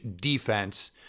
defense